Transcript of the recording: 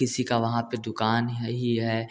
किसी का वहाँ पर दुकान ही है ही है